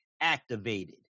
activated